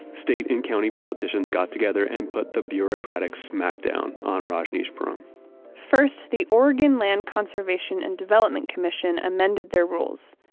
state and county politicians got together and put the bureaucratic smack down on rajneeshpuram first, the oregon land conservation and development commission amended their rules.